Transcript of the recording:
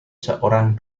seorang